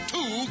Two